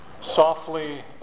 Softly